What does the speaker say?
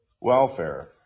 welfare